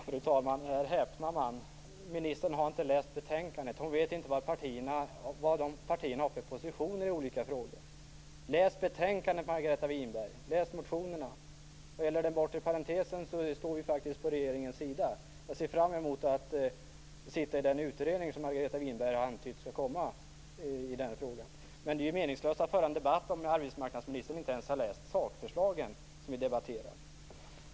Fru talman! Här häpnar man! Ministern har inte läst betänkandet. Hon vet inte vad partierna har för positioner i olika frågor. Läs betänkandet, Margareta Winberg! Läs motionerna! Vad gäller den bortre parentesen står vi faktiskt på regeringens sida. Jag ser fram emot att sitta i den utredning som Margareta Winberg har antytt skall komma i den frågan. Men det är meningslöst att föra en debatt om arbetsmarknadsministern inte ens har läst sakförslagen som vi debatterar.